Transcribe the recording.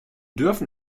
dürfen